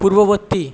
পূর্ববর্তী